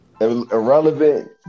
irrelevant